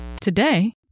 today